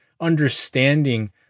understanding